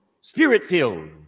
Spirit-filled